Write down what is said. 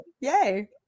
Yay